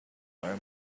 our